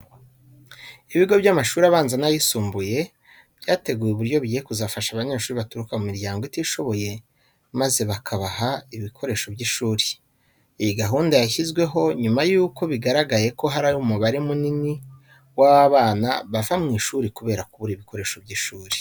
Ibigo by'amashuri abanza n'ayisumbuye byateguye uburyo bigiye kuzafasha abanyeshuri baturuka mu miryango itishoboye maze bakabaha ibikoresho by'ishuri. Iyi gahunda yashyizweho nyuma yuko bigaragaye ko hari umubare munini w'abana bava mu ishuri kubera kubura ibikoresho by'ishuri.